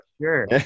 sure